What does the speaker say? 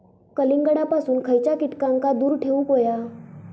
कलिंगडापासून खयच्या कीटकांका दूर ठेवूक व्हया?